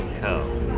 Co